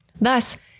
Thus